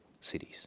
cities